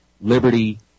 liberty